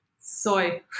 Soy